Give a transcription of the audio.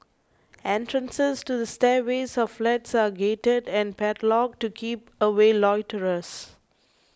entrances to the stairways of flats are gated and padlocked to keep away loiterers